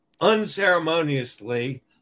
unceremoniously